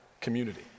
community